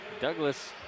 Douglas